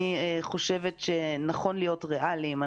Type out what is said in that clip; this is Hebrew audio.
אני חושבת שנכון להיות ריאליים,